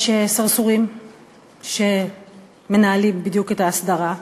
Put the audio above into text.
יש סרסורים שמנהלים בדיוק את ההסדרה.